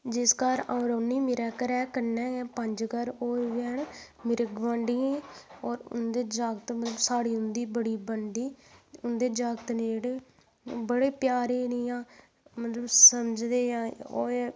जिस घर अ'ऊं रौंह्न्नी मेरे घरै कन्नै गै पंज घर होर बी हैन मेरे गुआंढियें होर उं'दे जागत साढ़ी उं'दी बड़ी बनदी उं'दे जागत न जेह्ड़े बड़े प्यारे न इ'यां मतलब समझदे इ'यां